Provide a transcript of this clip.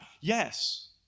Yes